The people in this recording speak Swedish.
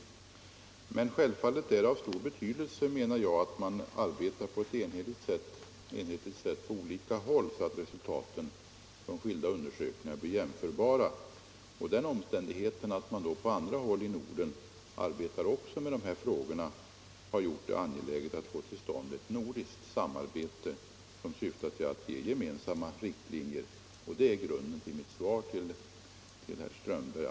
Men jag menar att det självfallet är av stor betydelse att man arbetar på ett enhetligt sätt på olika håll, så att resultaten från skilda undersökningar blir jämförbara. Den omständigheten att man även på andra håll i Norden arbetar med dessa frågor har gjort det angeläget att få till stånd ett nordiskt samarbete som syftar till att ge gemensamma riktlinjer. Detta är grunden till att man nu inom Nordiskt trafiksäkerhetsråd har arbete på gång i denna fråga.